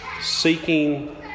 seeking